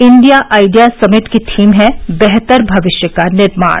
India Ideas Summit की theme है बेहतर भविष्य का निर्माण